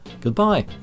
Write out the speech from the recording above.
goodbye